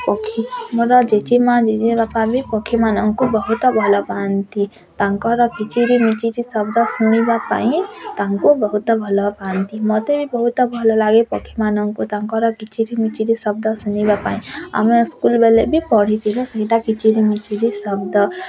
ପକ୍ଷୀ ମୋର ଜେଜେମାଁ ଜେଜେବାପା ବି ପକ୍ଷୀମାନଙ୍କୁ ବହୁତ ଭଲ ପାଆନ୍ତି ତାଙ୍କର କିଚିରି ମିଚିରି ଶବ୍ଦ ଶୁଣିବା ପାଇଁ ତାଙ୍କୁ ବହୁତ ଭଲପାଆନ୍ତି ମତେ ବି ବହୁତ ଭଲ ଲାଗେ ପକ୍ଷୀମାନଙ୍କୁ ତାଙ୍କର କିଚିରି ମିଚିରି ଶବ୍ଦ ଶୁଣିବାପାଇଁ ଆମେ ସ୍କୁଲ ବେଲେ ବି ପଢ଼ିଥିଲୁ ସେଇଟା କିଚିରି ମିଚିରି ଶବ୍ଦ